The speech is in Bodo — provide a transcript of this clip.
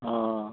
अह